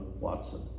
Watson